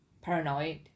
paranoid